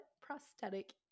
prosthetic